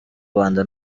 rwanda